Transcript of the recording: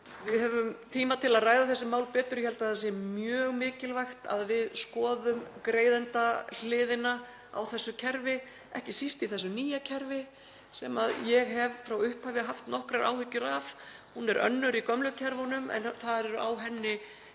Við höfum tíma til að ræða þessi mál betur. Ég held að það sé mjög mikilvægt að við skoðum greiðendahliðina á þessu kerfi, ekki síst í þessu nýja kerfi sem ég hef frá upphafi haft nokkrar áhyggjur af. Hún er önnur í gömlu kerfunum en þar eru á henni